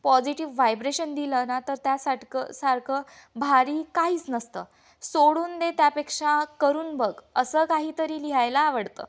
positive vibration दिलं ना तर त्यासाटकं सारखं भारी काहीच नसतं सोडून दे त्यापेक्षा करून बघ असं काहीतरी लिहायला आवडतं